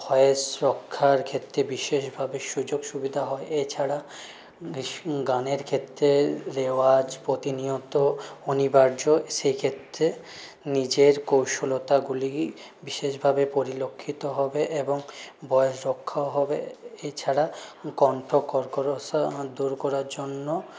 voice রক্ষার ক্ষেত্রে বিশেষভাবে সুযোগ সুবিধা হয় এছাড়া বেশ গানের ক্ষেত্রে রেওয়াজ প্রতিনিয়ত অনিবার্য সেই ক্ষেত্রে নিজের কৌশলতাগুলি বিশেষভাবে পরিলক্ষিত হবে এবং ভয়েস রক্ষাও হবে এছাড়া কন্ঠ কর্কশতা দূর করার জন্য